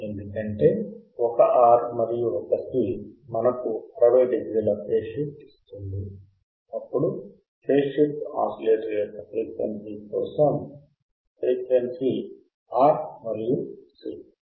ఎందుకంటే 1 R మరియు 1 C మనకు 60 డిగ్రీల ఫేజ్ షిఫ్ట్ ఇస్తుంది అప్పుడు ఫేజ్ షిఫ్ట్ ఆసిలేటర్ యొక్క ఫ్రీక్వెన్సీ కోసం ఫ్రీక్వెన్సీ R మరియు C